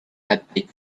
haptic